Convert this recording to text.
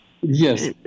Yes